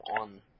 on